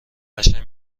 قشنگ